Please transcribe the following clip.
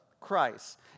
Christ